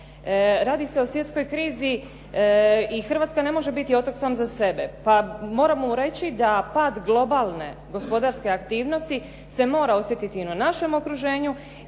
radi se o svjetskoj krizi i Hrvatska ne može biti otok sam za sebe. Pa moramo reći da pad globalne gospodarske aktivnosti se mora osjetiti i na našem okruženju